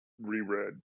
reread